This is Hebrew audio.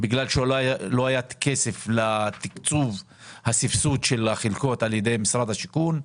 כי לא היה כסף לתקצוב ולסבסוד החלקות על ידי משרד השיכון.